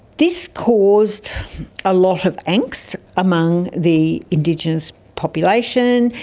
this caused a lot of angst among the indigenous population.